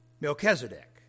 Melchizedek